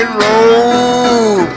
road